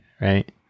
right